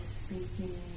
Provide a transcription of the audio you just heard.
speaking